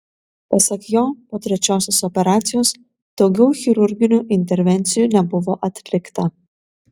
pasak jo po trečiosios operacijos daugiau chirurginių intervencijų nebuvo atlikta